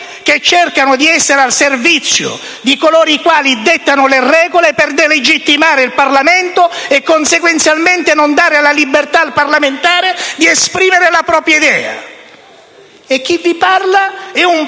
che operano al servizio di coloro i quali dettano le regole per delegittimare il Parlamento, e conseguentemente non dare la libertà al parlamentare di esprimere la propria idea! E chi vi parla è un